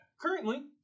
Currently